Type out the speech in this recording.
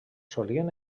solien